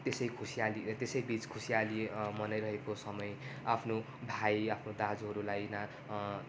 त्यसै खुसियाली त्यसै बिच खुसियाली मनाइरहेको समय आफ्नो भाइ आफ्नो दाजुहरूलाई ना